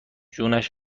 خونش